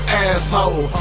asshole